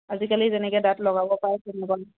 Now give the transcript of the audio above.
আজিকালি যেনেকৈ দাঁত লগাব পায় তেনেকুৱা